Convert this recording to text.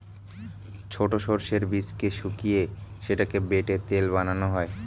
ছোট সর্ষের বীজকে শুকিয়ে সেটাকে বেটে তেল বানানো হয়